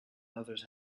others